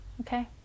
Okay